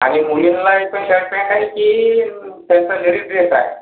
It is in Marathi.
आनि मुलींना पन शर्ट पॅन्ट आहे की कोनता लेडीज ड्रेस आहे